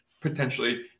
potentially